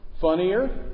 funnier